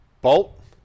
Bolt